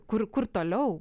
kur kur toliau